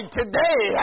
today